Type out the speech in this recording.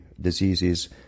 diseases